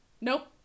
Nope